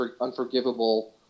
unforgivable